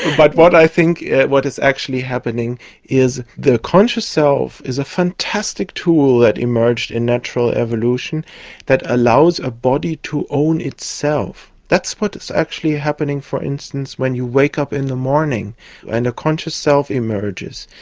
but what i think is actually happening is the conscious self is a fantastic tool that emerged in natural evolution that allows a body to own itself. that's what is actually happening, for instance, when you wake up in the morning and a conscious self emerges,